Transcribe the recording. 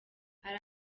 hari